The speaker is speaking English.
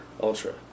Ultra